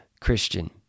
Christian